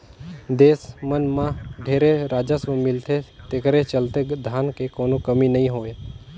देस मन मं ढेरे राजस्व मिलथे तेखरे चलते धन के कोनो कमी नइ होय